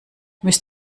müsst